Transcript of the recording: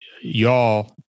Y'all